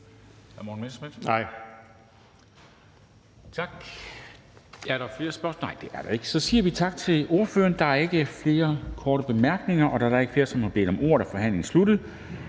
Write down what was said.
(Henrik Dam Kristensen): Tak. Er der flere spørgsmål? Nej, det er der ikke. Så siger vi tak til ordføreren. Der er ikke flere korte bemærkninger. Da der ikke er flere, som har bedt om ordet, er forhandlingen sluttet.